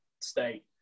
state